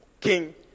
king